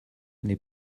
n’est